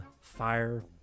fire